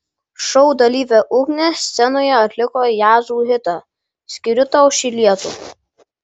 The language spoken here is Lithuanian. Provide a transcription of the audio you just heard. šou dalyvė ugnė scenoje atliko jazzu hitą skiriu tau šį lietų